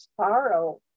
sorrow